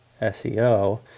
SEO